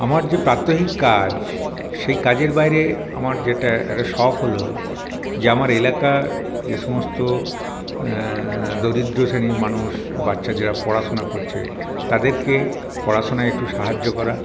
আমার যে প্রাত্যহিক কাজ সেই কাজের বাইরে আমার যেটা একটা শখ হল যে আমার এলাকার যে সমস্ত দরিদ্র শ্রেণির মানুষ বাচ্চা যারা পড়াশোনা করছে তাদেরকে পড়াশোনায় একটু সাহায্য করা